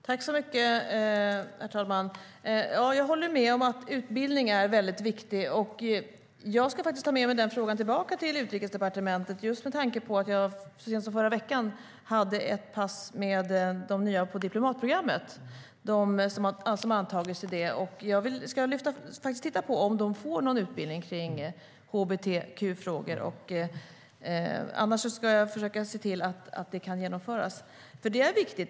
Herr talman! Jag håller med om att utbildning är viktigt. Jag ska ta med mig frågan tillbaka till Utrikesdepartementet just med tanke på att jag så sent som i förra veckan hade ett pass med de nya som har antagits till diplomatprogrammet. Jag ska titta på om de får någon utbildning i hbtq-frågor, och annars ska jag försöka se till att det kan genomföras. Detta är viktigt.